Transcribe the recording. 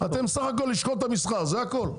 אתם בסך הכל לשכות המסחר, זה הכל.